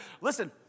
Listen